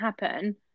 happen